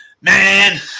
Man